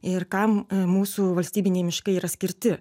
ir kam mūsų valstybiniai miškai yra skirti